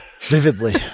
Vividly